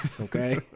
okay